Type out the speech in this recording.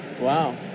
Wow